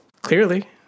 Clearly